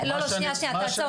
שנייה, לא, לא, שנייה, תעצור רגע.